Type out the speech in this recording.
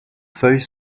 feuilles